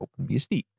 OpenBSD